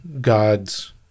God's